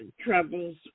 troubles